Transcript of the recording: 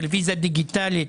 טלוויזיה דיגיטלית